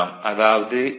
அதாவது Eb V Iara